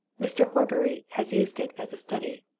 mr. horbury has used it as a study.